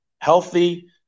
healthy –